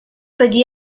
тоді